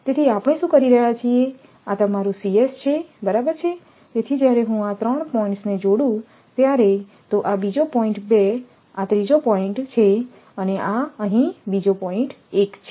તેથી આપણે શું કરી રહ્યા છીએ આ તમારું છેબરાબર છે તેથી જ્યારે હું આ 3 પોઇન્ટ્સને જોડું ત્યારે તો આ બીજો પોઇન્ટ્ 2 આ 3જો પોઇન્ટ્ છે અને અહીં આ બીજો પોઇન્ટ્ 1 છે